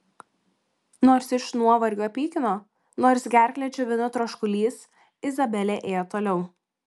nors iš nuovargio pykino nors gerklę džiovino troškulys izabelė ėjo toliau